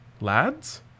Lads